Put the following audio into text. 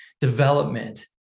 development